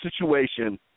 situation